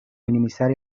minimizar